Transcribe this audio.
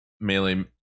Melee